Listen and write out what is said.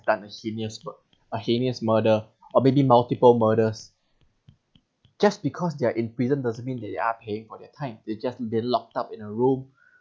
done a heinous mur~ a heinous murder or maybe multiple murders just because they are in prison doesn't mean they are paying for their time they've just been locked up in a room